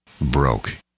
broke